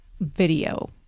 video